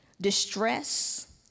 distress